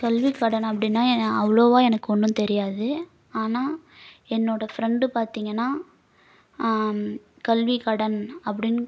கல்வி கடன் அப்டின்னா அவ்ளோவாக எனக்கொன்றும் தெரியாது ஆனால் என்னோடய ஃப்ரெண்டு பார்த்திங்கனா கல்வி கடன் அப்படின்னு